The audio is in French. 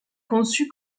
conçue